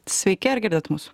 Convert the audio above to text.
sveiki ar girdit mus